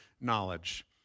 knowledge